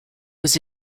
was